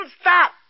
stop